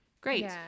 great